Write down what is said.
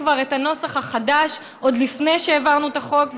את הנוסח החדש עוד לפני שהעברנו את החוק,